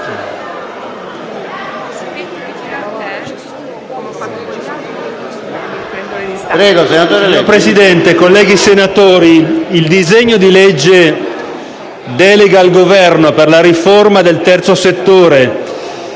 Presidente, colleghi senatori, il disegno di legge «Delega al Governo per la riforma del Terzo settore,